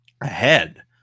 ahead